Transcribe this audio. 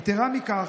יתרה מזו,